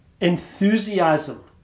enthusiasm